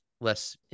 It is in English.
less